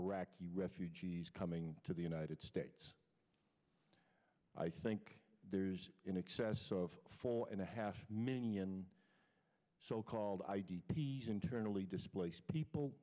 iraqi refugees coming to the united states i think there's in excess of four and a half million so called i d p s internally displaced people